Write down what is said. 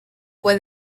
fue